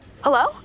Hello